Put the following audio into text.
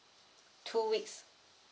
two weeks